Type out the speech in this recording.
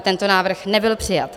Tento návrh nebyl přijat.